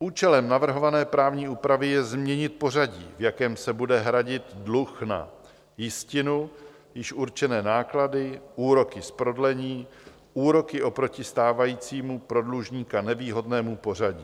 Účelem navrhované právní úpravy je změnit pořadí, v jakém se bude hradit dluh na jistinu, již určené náklady, úroky z prodlení, úroky oproti stávajícímu, pro dlužníka nevýhodnému pořadí.